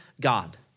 God